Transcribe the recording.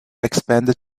expanded